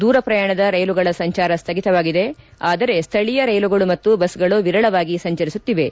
ದೂರ ಪ್ರಯಾಣದ ರೈಲುಗಳ ಸಂಚಾರ ಸ್ನಗಿತವಾಗಿದೆ ಆದರೆ ಸ್ನಳೀಯ ರೈಲುಗಳು ಮತ್ತು ಬಸ್ ಗಳು ವಿರಳವಾಗಿ ಸಂಚರಿಸುತ್ತಿವೆ